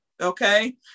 Okay